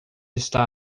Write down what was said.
está